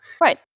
Right